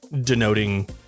denoting